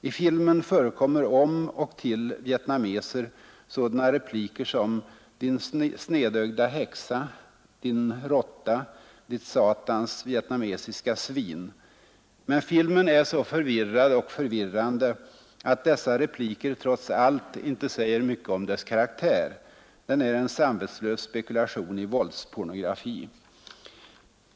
I filmen förekommer om och till vietnameser sådana repliker som ”din snedögda häxa”, ”din råtta”, ”ditt satans vietnamesiska svin”. Men filmen är så förvirrad och förvirrande att dessa repliker trots allt inte säger mycket om dess karaktär. Den är en samvetslös spekulation i våldspornografi.